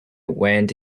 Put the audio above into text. went